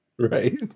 Right